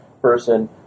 person